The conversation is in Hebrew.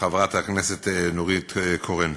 חברת הכנסת נורית קורן,